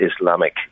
Islamic